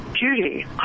Judy